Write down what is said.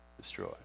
destroy